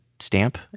stamp